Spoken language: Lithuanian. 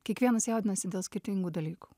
kiekvienas jaudinasi dėl skirtingų dalykų